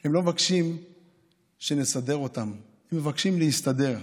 הם לא מבקשים שנסדר אותם, הם מבקשים להסתדר,